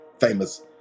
Famous